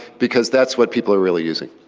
because that's what people are really using.